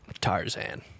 Tarzan